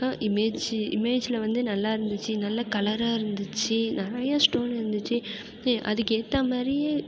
image இமேஜில் வந்து நல்லாருந்துச்சு நல்ல கலராக இருந்துச்சு நிறைய ஸ்டோன் இருந்துச்சு அதுக்கேற்ற மாதிரியே